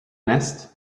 nest